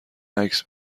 عکس